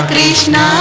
Krishna